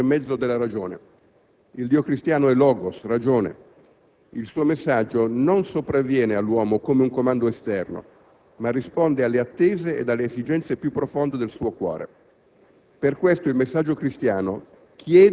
Libertà e verità si incontrano per mezzo della ragione. Il Dio cristiano è *logos*, ragione. Il suo messaggio non sopravviene all'uomo come un comando esterno ma risponde alle attese ed alle esigenze più profonde del suo cuore.